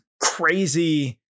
crazy